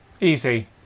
Easy